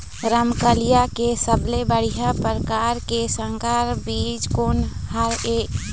रमकलिया के सबले बढ़िया परकार के संकर बीज कोन हर ये?